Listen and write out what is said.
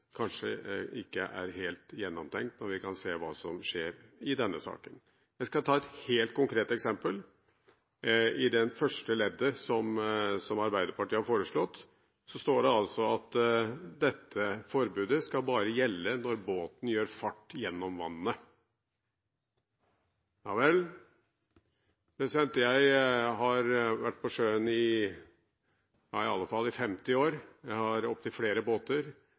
denne saken. Jeg skal ta et helt konkret eksempel. I det første leddet i forslaget fra bl.a. Arbeiderpartiet står det at dette forbudet bare skal gjelde når båten gjør fart gjennom vannet. Ja vel – jeg har vært på sjøen i alle fall i 50 år, og jeg har opptil flere båter.